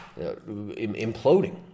imploding